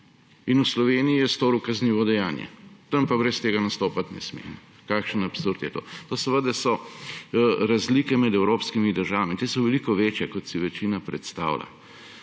v Sloveniji je zato storil kaznivo dejanje, tam pa brez tega nastopati ne sme. Kakšen absurd je to! Obstajajo razlike med evropskimi državami. In te so veliko večje, kot si večina predstavlja.